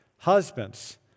Husbands